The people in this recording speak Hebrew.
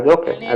אז אוקיי,